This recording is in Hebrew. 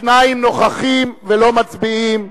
שניים נוכחים ולא מצביעים.